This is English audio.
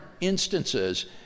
instances